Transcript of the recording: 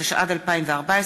התשע"ד 2014,